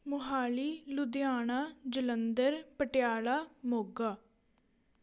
Mohali Ludhiana Jalandhar Patiala Moga